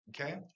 Okay